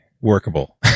workable